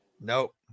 Nope